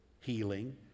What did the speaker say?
healing